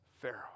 Pharaoh